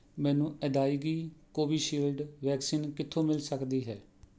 ਮੈਨੂੰ ਅਦਾਇਗੀ Covishield vaccine ਕਿੱਥੋਂ ਮਿਲ ਸਕਦੀ ਹੈ